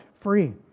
free